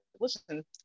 listen